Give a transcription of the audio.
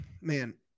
man